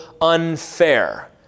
unfair